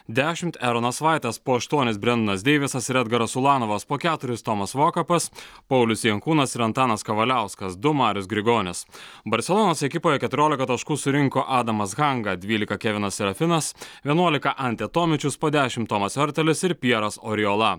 dešimt eronas vaitas po aštuonis brendonas deivisas ir edgaras ulanovas po keturis tomas vokapas paulius jankūnas ir antanas kavaliauskas du marius grigonis barselonos ekipoje keturiolika taškų surinko adamas hanga dvylika kevinas serafinas vienuolika ante tomičius po dešimt tomas hartelis ir pjeras oriola